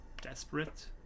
desperate